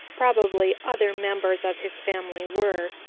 probably other members of his family were.